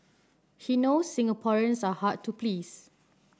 he knows Singaporeans are hard to please